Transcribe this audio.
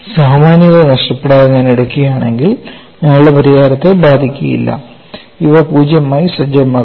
സാമാന്യത നഷ്ടപ്പെടാതെ ഞാൻ എടുക്കുകയാണെങ്കിൽ ഞങ്ങളുടെ പരിഹാരത്തെ ബാധിക്കില്ല ഇവ 0 ആയി സജ്ജമാക്കും